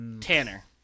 Tanner